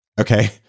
Okay